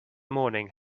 morning